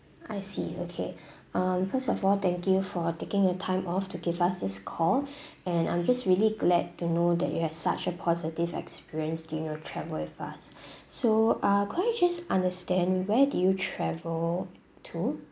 I see okay um first of all thank you for taking your time off to give us this call and I'm just really glad to know that you have such a positive experience during your travel with us so uh could I just understand where did you travel to